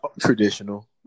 Traditional